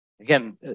Again